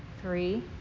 Three